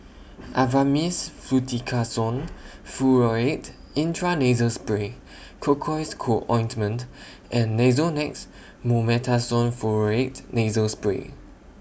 Avamys Fluticasone Furoate Intranasal Spray Cocois Co Ointment and Nasonex Mometasone Furoate Nasal Spray